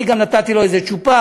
אני גם נתתי לו איזה צ'ופר,